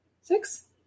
Six